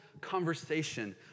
conversation